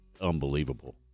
Unbelievable